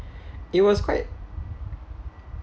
it was quite